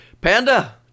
Panda